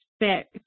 expect